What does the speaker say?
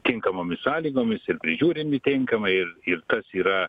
tinkamomis sąlygomis ir prižiūrimi tinkamai ir ir kas yra